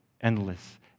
endless